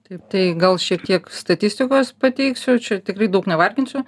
taip tai gal šiek tiek statistikos pateiksiu čia tikrai daug nevardinsiu